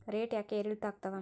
Rate ಯಾಕೆ ಏರಿಳಿತ ಆಗ್ತಾವ?